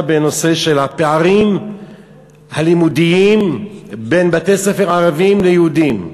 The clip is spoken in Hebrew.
על הפערים הלימודיים בין בתי-ספר ערביים ליהודיים.